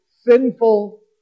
sinful